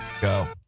go